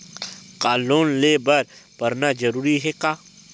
का लोन ले बर पढ़ना जरूरी हे का?